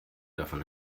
davon